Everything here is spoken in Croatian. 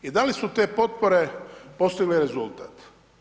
I da li su te potpore postigle rezultat.